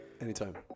Anytime